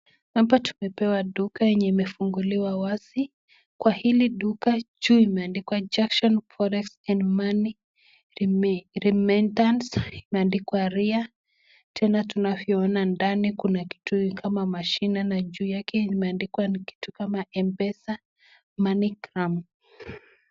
Hapa tumepewa duka enye imefunguliwa wazi, kwa hili duka juu imeandikwa JUNCTION FOREX AND MONEY REMITTANCE Tena tunavyoona ndani kuna kitu kama mashine na juu yake imeandikwa kitu kama M-pesa MoneyGram .